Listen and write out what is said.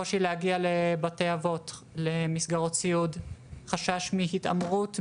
קושי להגיע לבתי אבות או מסגרות סיעוד וזה לרוב מתוך חשש מהתעמרות,